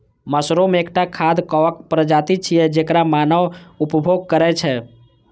mushroom एकटा खाद्य कवक प्रजाति छियै, जेकर मानव उपभोग करै छै